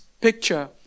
picture